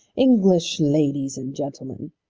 english ladies and gentlemen,